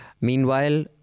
Meanwhile